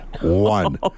one